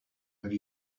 have